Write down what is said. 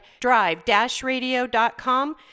drive-radio.com